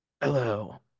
Hello